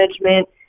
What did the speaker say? management